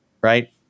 Right